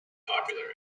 popular